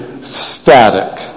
static